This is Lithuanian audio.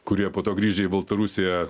kurie po to grįžę į baltarusiją